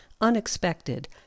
unexpected